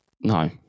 no